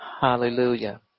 Hallelujah